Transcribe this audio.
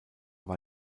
war